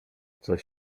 coś